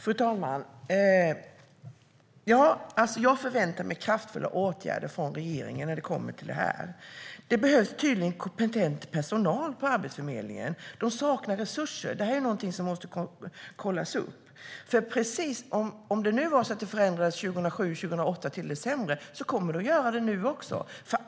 Fru talman! Jag förväntar mig kraftfulla åtgärder från regeringen när det kommer till det här. Det behövs tydligen kompetent personal på Arbetsförmedlingen. De saknar resurser. Det är någonting som måste kollas upp. Om det nu var så att läget förändrades till det sämre 2007-2008 kommer det att göra det nu också.